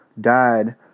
died